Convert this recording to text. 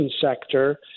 sector